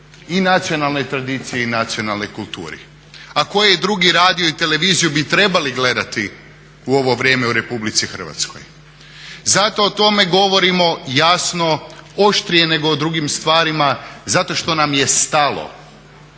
i nacionalnoj tradiciji i nacionalnoj kulturi. A koji drugi radio i televiziju bi trebali gledati u ovo vrijeme u RH? Zato o tome govorim jasno oštrije nego o drugim stvarima zato što nam je stalo